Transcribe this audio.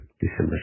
December